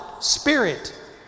spirit